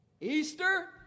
Easter